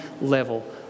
level